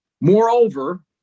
Moreover